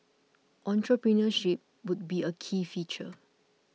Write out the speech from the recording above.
entrepreneurship would be a key feature